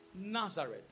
Nazareth